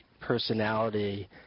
personality